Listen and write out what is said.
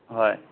হয়